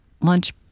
lunch